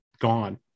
gone